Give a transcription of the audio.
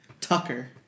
Tucker